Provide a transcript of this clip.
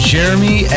Jeremy